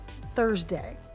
Thursday